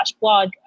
blog